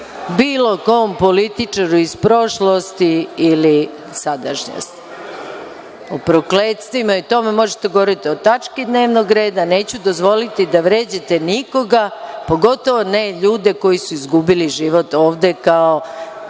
bilo kom političaru iz prošlosti ili sadašnjosti. Možete da govorite o tački dnevnog reda. Neću dozvoliti da vređate nikoga, a pogotovo ne ljudi koji su izgubili život ovde kao